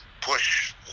push